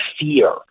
fear